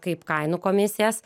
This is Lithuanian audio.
kaip kainų komisijas